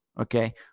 Okay